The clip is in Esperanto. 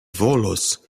volos